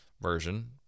version